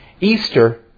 Easter